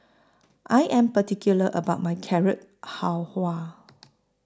I Am particular about My Carrot Halwa